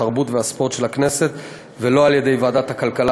התרבות והספורט של הכנסת ולא על-ידי ועדת הכלכלה,